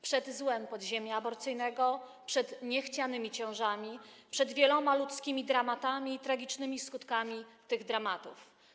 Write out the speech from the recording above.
przed złem podziemia aborcyjnego, przed niechcianymi ciążami, przed wieloma ludzkimi dramatami i tragicznymi skutkami tych dramatów.